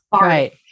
Right